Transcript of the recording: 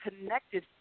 connected